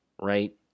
right